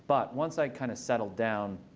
but once i kind of settled down,